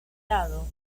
lado